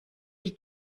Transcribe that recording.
die